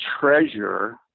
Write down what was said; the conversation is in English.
Treasure